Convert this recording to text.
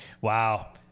wow